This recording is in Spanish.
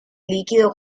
líquido